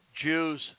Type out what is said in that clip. Jews